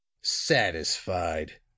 satisfied